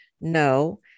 No